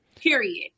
Period